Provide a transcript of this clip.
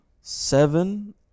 Seven